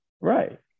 Right